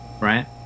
right